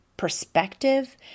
perspective